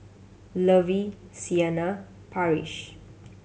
Lovey Siena Parrish